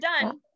done